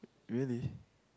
really